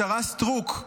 השרה סטרוק,